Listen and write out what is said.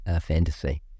fantasy